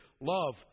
Love